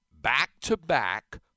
back-to-back